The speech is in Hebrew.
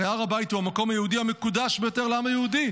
הרי הר הבית הוא המקום היהודי המקודש ביותר לעם היהודי,